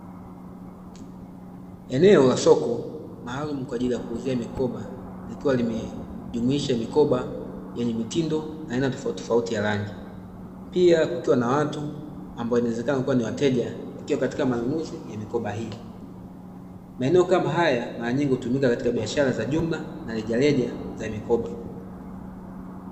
Eneo la soko, maalumu kwa ajili ya kuuzia mikoba, likiwa limejumuisha mikoba yenye mitindo na aina tofautitofauti ya rangi ,pia kukiwa na watu ambao inawezekana wakiwa ni wateja, wakiwa katika manunuzi ya mikoba hiyo. Maeneo kama haya mara nyingi hutumika katika biashara za jumla na rejareja za mikoba.